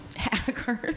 Hackers